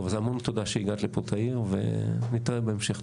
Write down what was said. טוב, אז המון תודה שהגעת לפה, תאיר, ונתראה בהמשך.